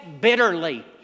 bitterly